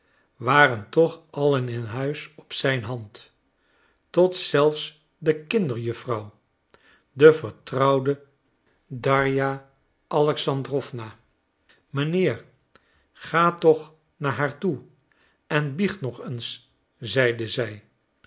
waren toch allen in huis op zijn hand tot zelfs de kinderjuffrouw de vertrouwde van darja alexandrowna mijnheer ga toch naar haar toe en biecht nog eens zeide zij